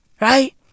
right